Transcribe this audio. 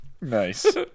Nice